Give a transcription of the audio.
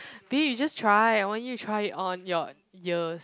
B just try I want you try it on your ears